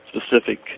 specific